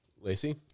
Lacey